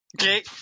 Okay